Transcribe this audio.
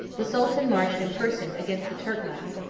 the sultan marched in person against the turkmans,